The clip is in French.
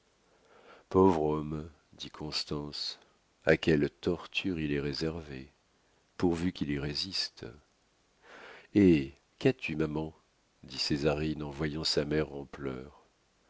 pauvre homme dit constance à quelles tortures il est réservé pourvu qu'il y résiste eh qu'as-tu maman dit césarine en voyant sa mère en pleurs